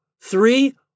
three